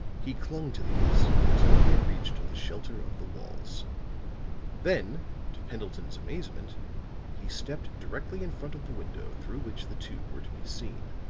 he clung to these until he had reached the shelter of the walls then to pendleton's amazement he stepped directly in front of the window through which the two were to be seen,